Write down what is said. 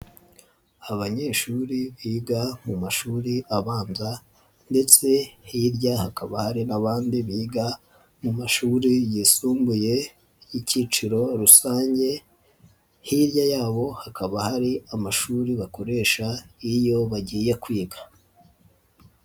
Abanyeshuri biga mu mashuri abanza ndetse hirya hakaba hari n'abandi biga mu mashuri yisumbuye y'icyiciro rusange, hirya yabo hakaba hari amashuri bakoresha iyo bagiye kwiga.